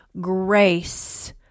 grace